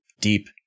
deep